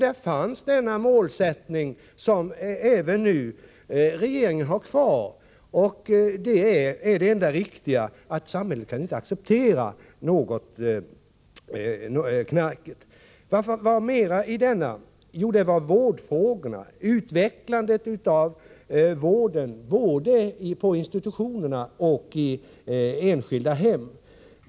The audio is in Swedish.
Där fanns denna målsättning som även nu regeringen har kvar och som är den enda riktiga, att samhället inte kan acceptera något knark. Där fanns vårdfrågorna, utvecklandet av vården både på institutionerna och i enskilda hem.